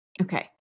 Okay